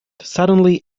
suddenly